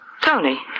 Tony